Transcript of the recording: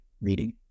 reading